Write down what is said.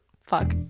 Fuck